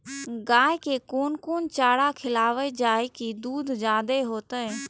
गाय के कोन कोन चारा खिलाबे जा की दूध जादे होते?